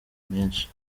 menshi